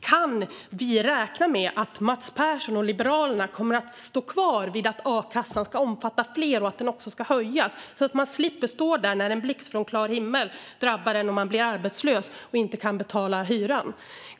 Kan vi räkna med att Mats Persson och Liberalerna kommer att stå kvar vid att akassan ska omfatta fler och att den också ska höjas, så att man slipper stå där när en blixt från klar himmel drabbar en och man blir arbetslös och inte kan betala hyran?